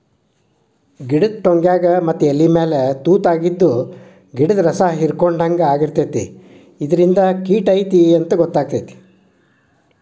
ಗಿಡದ ಟ್ವಂಗ್ಯಾಗ ಮತ್ತ ಎಲಿಮ್ಯಾಲ ತುತಾಗಿದ್ದು ಗಿಡ್ದ ರಸಾಹಿರ್ಕೊಡ್ಹಂಗ ಆಗಿರ್ತೈತಿ ಇದರಿಂದ ಕಿಟ ಐತಿ ಅಂತಾ ಗೊತ್ತಕೈತಿ